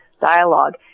dialogue